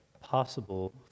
possible